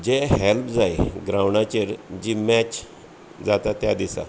जे help जाय ग्रांवडाचेर जी मॅच जाता त्या दिसा